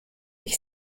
ich